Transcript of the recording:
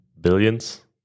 Billions